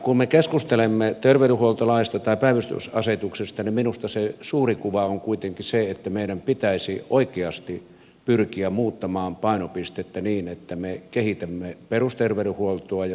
kun me keskustelemme terveydenhuoltolaista tai päivystysasetuksesta minusta se suuri kuva on kuitenkin se että meidän pitäisi oikeasti pyrkiä muuttamaan painopistettä niin että me kehitämme perusterveydenhuoltoa ja sosiaalihuoltoa